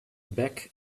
back